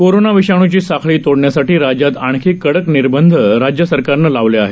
corona विषाणूची साखळी तोडण्यासाठी राज्यात आणखी कडक निर्बध राज्य सरकारनं लावले आहेत